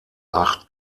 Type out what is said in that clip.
acht